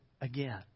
again